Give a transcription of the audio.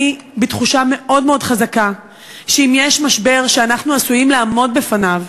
אני בתחושה מאוד מאוד חזקה שאם יש משבר שאנחנו עשויים לעמוד בפניו,